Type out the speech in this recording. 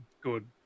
Good